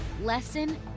Lesson